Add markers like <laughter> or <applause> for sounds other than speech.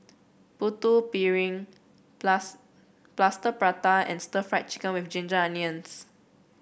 Putu Piring <unintelligible> Plaster Prata and Stir Fried Chicken with Ginger Onions